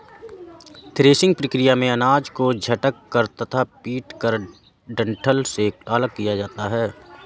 threshing प्रक्रिया में अनाज को झटक कर तथा पीटकर डंठल से अलग किया जाता है